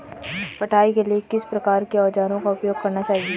कटाई के लिए किस प्रकार के औज़ारों का उपयोग करना चाहिए?